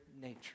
nature